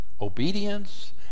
obedience